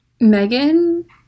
Megan